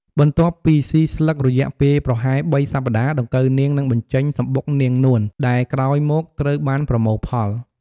បន្ទាប់ពីស៊ីស្លឹករយៈពេលប្រហែលបីសប្ដាហ៍ ដង្កូវនាងនឹងបញ្ចេញ សំបុកនាងនួន ដែលក្រោយមកត្រូវបានប្រមូលផល។